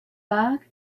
bag